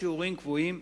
בשיעורים קבועים,